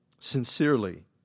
sincerely